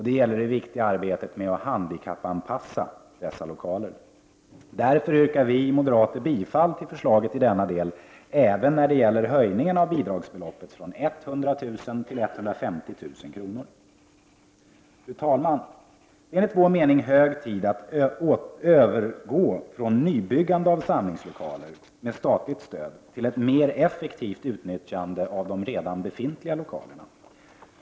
Det gäller det viktiga arbetet med att handikappanpassa lokalerna. Därför yrkar vi moderater bifall till förslaget i denna del, även när det gäller höjningen av bidragsbeloppet från 100 000 kr. till 150 000 kr. Fru talman! Det är enligt vår mening hög tid att övergå från nybyggande av samlingslokaler med statligt stöd till ett mer effektivt utnyttjande av de redan befintliga lokalerna.